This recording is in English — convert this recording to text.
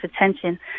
attention